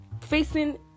facing